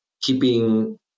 keeping